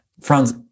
Franz